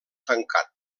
tancat